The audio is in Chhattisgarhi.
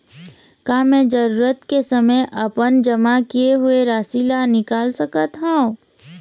का मैं जरूरत के समय अपन जमा किए हुए राशि ला निकाल सकत हव?